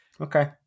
Okay